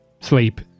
sleep